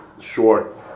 short